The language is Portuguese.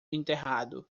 enterrado